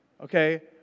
Okay